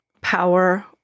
power